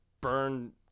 burn